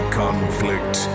conflict